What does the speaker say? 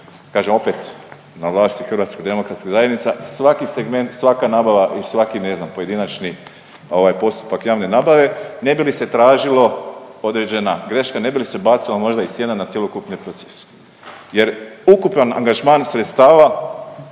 kažem, opet na vlasti HDZ, svaki segment, svaka nabava i svaki ne znam, pojedinačni ovaj postupak javne nabave ne bi li se tražilo određena greška, ne bi li se bacala možda i sjena na cjelokupni proces. Jer, ukupan angažman sredstava